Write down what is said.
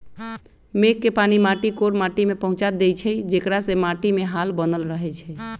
मेघ के पानी माटी कोर माटि में पहुँचा देइछइ जेकरा से माटीमे हाल बनल रहै छइ